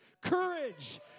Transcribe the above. courage